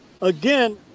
Again